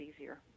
easier